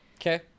Okay